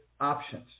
options